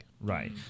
Right